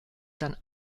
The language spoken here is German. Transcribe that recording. dann